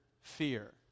fear